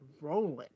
Rolling